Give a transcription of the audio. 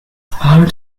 hard